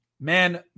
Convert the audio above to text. man